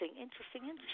interesting